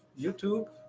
YouTube